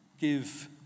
give